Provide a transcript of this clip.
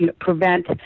prevent